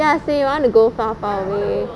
ya so you want to go far far away